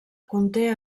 conté